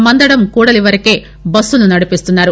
మందడం కూడలి వరకే బస్సులు నడిపిస్తున్నారు